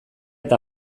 eta